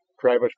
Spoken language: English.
Travis